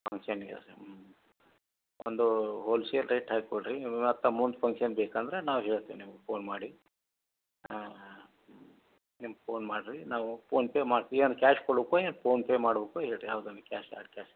ಫಂಷನ್ಗೆ ಹ್ಞೂ ಒಂದು wholesale rate ಹಾಕ್ಕೊಡ್ರಿ ನಿಮ್ಗೆ ಮತ್ತು ಅಮೌಂಟ್ ಫಂಕ್ಷನ್ ಬೇಕಂದ್ರೆ ನಾವು ಹೇಳ್ತೀವಿ ನಿಮ್ಗೆ ಫೋನ್ ಮಾಡಿ ಹಾಂ ನಿಮ್ಗೆ ಫೋನ್ ಮಾಡಿರಿ ನಾವು ಫೋನ್ಪೇ ಮಾಡ್ತೀವಿ ಏನು ಕ್ಯಾಶ್ ಕೊಡೋಕೆ ಹೋಯ್ ಫೋನ್ಪೇ ಮಾಡ್ಬೇಕು ಎರ್ಡು ಯಾವ್ದಂತ ಕ್ಯಾಶ್